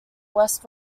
west